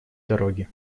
дороги